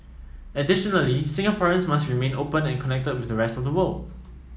additionally Singaporeans must remain open and connected with the rest of the world